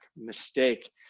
mistake